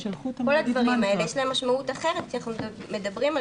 כל הדברים האלה יש להם משמעות אחרת כשאנחנו מדברים על